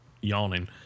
yawning